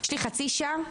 יש לי חצי שעה,